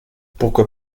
pourquoi